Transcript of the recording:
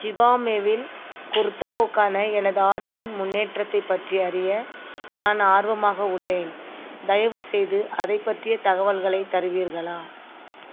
ஜிவாமேவில் குர்தாவுக்கான எனது ஆர்டரின் முன்னேற்றத்தைப் பற்றி அறிய நான் ஆர்வமாக உள்ளேன் தயவுசெய்து அதைப் பற்றிய தகவல்களைத் தருவீர்களா